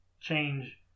change